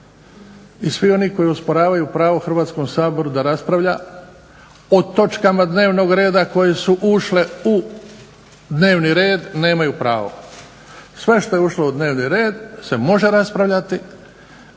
i svi oni koji osporavaju pravo Hrvatskom saboru da raspravlja o točkama dnevnog reda koje su ušle u dnevni red, nemaju pravo. Sve što je ušlo u dnevni red se može raspravljati,